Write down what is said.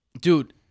dude